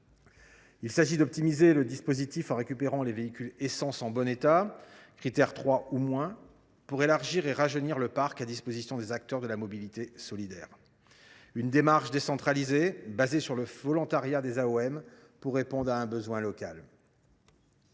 Il s’agit d’optimiser le dispositif en récupérant les véhicules à moteur essence en bon état, classés Crit’Air 3 ou moins, pour élargir et rajeunir le parc à disposition des acteurs de la mobilité solidaire. On promeut une démarche décentralisée, fondée sur le volontariat des AOM, afin de répondre à un besoin local.